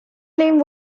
name